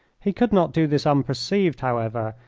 he could not do this unperceived, however,